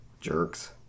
Jerks